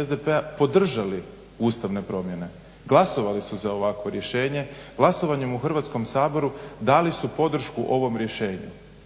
SDP-a podržali ustavne promjene, glasovali su za ovakvo rješenje, glasovanjem u Hrvatskom saboru dali su podršku ovom rješenju,